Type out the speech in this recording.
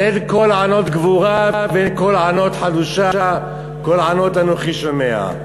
"אין קול ענות גבורה ואין קול ענות חלושה קול ענות אנוכי שֹמע."